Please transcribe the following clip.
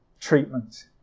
treatment